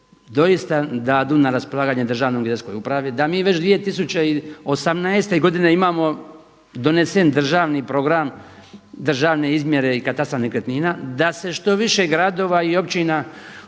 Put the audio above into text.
doista dadu na raspolaganje državnoj vjerskoj upravi da mi već 2018. godine imamo donesen državni program državne izmjere i katastra nekretnina, da se što više gradova i općina uključi